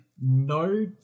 No